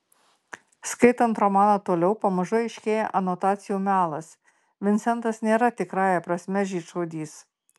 skaitant romaną toliau pamažu aiškėja anotacijų melas vincentas nėra tikrąja prasme žydšaudys